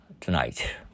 tonight